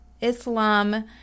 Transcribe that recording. Islam